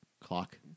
Clock